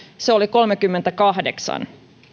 se oli kolmekymmentäkahdeksan